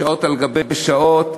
שעות על גבי שעות,